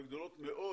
אבל גדולות מאוד